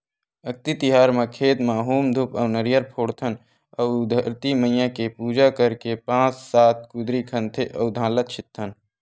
अक्ती तिहार म खेत म हूम धूप अउ नरियर फोड़थन अउ धरती मईया के पूजा करके पाँच सात कुदरी खनथे अउ धान ल छितथन